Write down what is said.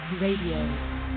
Radio